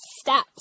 steps